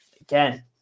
again